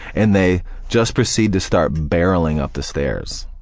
and they just proceed to start barreling up the stairs,